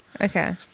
Okay